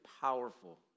powerful